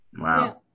Wow